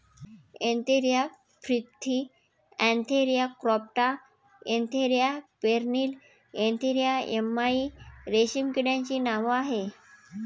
Antheraea frithi Antheraea compta Antheraea pernyi Antheraea yamamai रेशीम किड्याचे नाव आहे